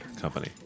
company